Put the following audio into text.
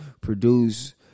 produce